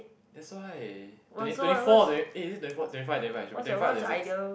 that's why twenty twenty four twenty eh is it twenty four twenty five twenty five should be twenty five or twenty six